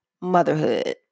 Motherhood